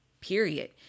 period